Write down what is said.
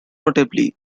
notably